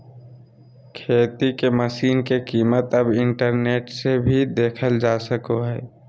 खेती के मशीन के कीमत अब इंटरनेट से भी देखल जा सको हय